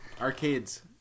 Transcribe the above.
arcades